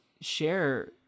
share